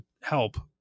help